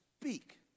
speak